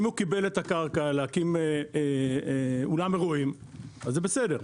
אם הוא קיבל את הקרקע להקים אולם אירועים אז זה בסדר,